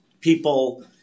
people